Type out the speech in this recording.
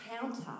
counter